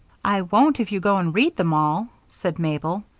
i won't if you go and read them all, said mabel,